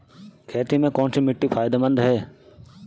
खेती में कौनसी मिट्टी फायदेमंद है?